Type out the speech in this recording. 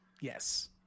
yes